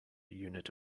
unit